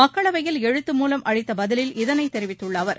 மக்களவையில் எழுத்து மூலம் அளித்த பதிலில் இதனைத் தெரிவித்துள்ள அவர்